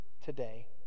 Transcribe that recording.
today